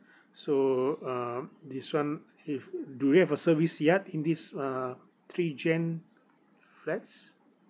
so uh this [one] if uh do you have a service yard in this uh three gen flats